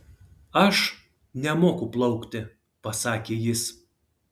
aš nemoku plaukti pasakė jis